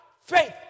faith